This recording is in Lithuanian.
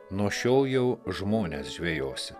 nuo šiol jau žmones žvejosi